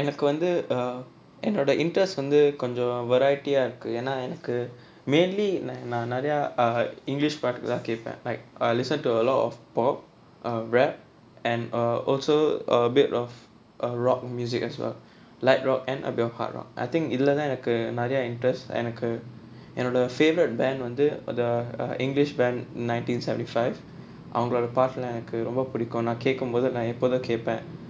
எனக்கு வந்து என்னோட:enakku vanthu ennoda interest வந்து கொஞ்சம்:vanthu konjam variety இருக்கு ஏனா எனக்கு:irukku yaenaa enakku mainly நா நிறையா:naa niraiyaa english பாட்டுதான் கேப்பேன்:paattuthaan keppaen like I listen to a lot of pop err rap and err and also a bit of err rock music as well light rock and a bit of hard rock I think இதுலதான் எனக்கு நிறையா:ithulathaan enakku niraiyaa interest எனக்கு என்னோட:enakku ennoda favourite band வந்து:vanthu the english band ninety seventy five அவங்களோட பாட்டெல்லாம் எனக்கு ரொம்ப புடிக்கும் நா கேக்கும் போது நா எப்போதும் கேப்பேன்:avangaloda paattellaam enakku romba pudikkum naa kaekkum pothu naa eppothum keppaen